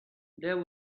there